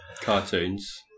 cartoons